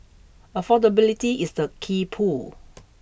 affordability is the key pull